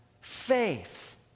faith